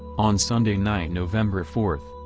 on sunday night november fourth,